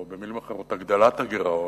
או במלים אחרות על הגדלת הגירעון,